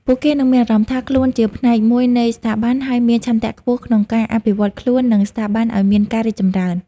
ពួកគេនឹងមានអារម្មណ៍ថាខ្លួនជាផ្នែកមួយនៃស្ថាប័ន ហើយមានឆន្ទៈខ្ពស់ក្នុងការអភិវឌ្ឍន៍ខ្លួន និងស្ថាប័នឲ្យមានការរីកចម្រើន។